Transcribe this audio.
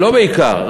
לא בעיקר,